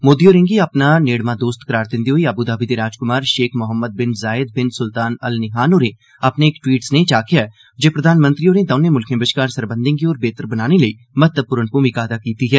मोदी होरें गी अपना प्रिय मित्र करार दिंदे होई आबूधाबी दे राजकुमार Sheikh Mohammed bin Zayed bin Sultan Al Nahyan होरें अपने इक ट्वीट सने च आक्खेआ जे प्रधानमंत्री होरें दौनें मुल्खें बश्कार सरबंधैं गी होर बेह्तर बनाने लेई महत्वपूर्ण भूमका नभाई ऐ